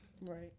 right